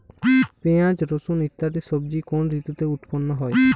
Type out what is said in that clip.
পিঁয়াজ রসুন ইত্যাদি সবজি কোন ঋতুতে উৎপন্ন হয়?